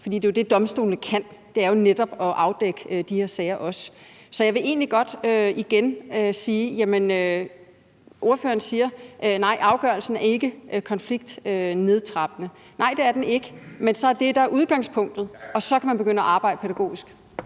For det er jo det, som domstolene kan, altså netop også at afdække de her sager. Så jeg vil godt sige til det, som ordføreren siger om, at en afgørelse ikke er konfliktnedtrapppende: Nej, det er den ikke, men så er det det, der er udgangspunktet, og så kan man begynde at arbejde pædagogisk.